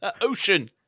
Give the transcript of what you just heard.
ocean